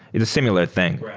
it's a similar thing.